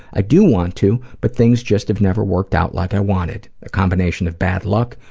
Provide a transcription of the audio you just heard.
i do want to, but things just have never worked out like i wanted. a combination of bad luck,